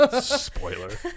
Spoiler